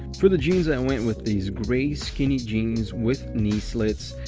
for the jeans, i went with these gray skinny jeans with knee slits,